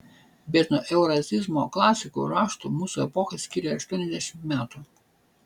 bet nuo eurazizmo klasikų raštų mūsų epochą skiria aštuoniasdešimt metų